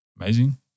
Amazing